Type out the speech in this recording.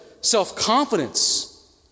self-confidence